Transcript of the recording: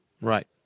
Right